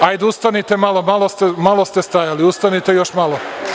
Hajde, ustanite malo, malo ste stajali, ustanite još malo.